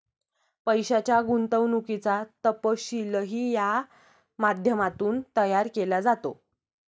पैशाच्या गुंतवणुकीचा तपशीलही या माध्यमातून तयार केला जातो